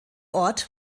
ort